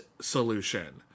Solution